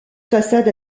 façade